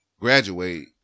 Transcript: graduate